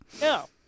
No